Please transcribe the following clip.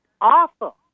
awful